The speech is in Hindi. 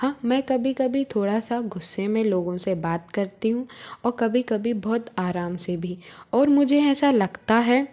हाँ मैं कभी कभी थोड़ा सा गुस्से में लोगों से थोड़ा बात करती हूँ और कभी कभी बहुत आराम से भी और मुझे ऐसा लगता है